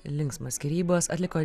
linksmos skyrybos atliko